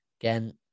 again